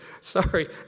Sorry